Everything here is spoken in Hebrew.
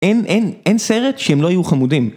אין סרט שהם לא יהיו חמודים.